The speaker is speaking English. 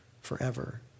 forever